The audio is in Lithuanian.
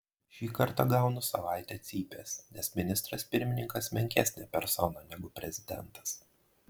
šį kartą gaunu savaitę cypės nes ministras pirmininkas menkesnė persona negu prezidentas